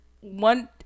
one